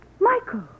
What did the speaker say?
Michael